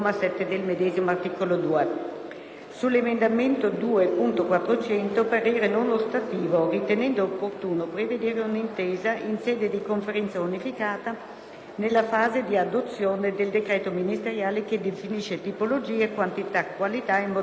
sull'emendamento 2.400 parere non ostativo, ritenendo opportuno prevedere un'intesa in sede di Conferenza unificata nella fase di adozione del decreto ministeriale che definisce tipologie, quantità, qualità e modalità di raccolta dei rifiuti;